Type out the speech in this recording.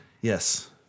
Yes